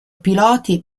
piloti